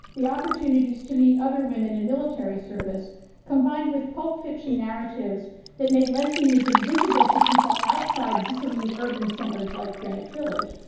the opportunities to meet other women in military service combined with pulp fiction narratives that made lesbianism invisible to people outside dissolute urban centers, like greenwich village,